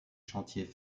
chantiers